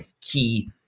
key